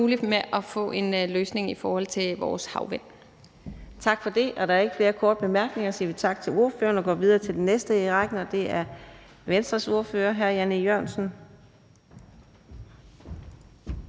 Kl. 17:57 Fjerde næstformand (Karina Adsbøl): Tak for det. Da der ikke er flere korte bemærkninger, siger vi tak til ordføreren og går videre til den næste i rækken, og det er Venstres ordfører, hr. Jan E. Jørgensen.